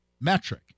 metric